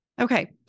Okay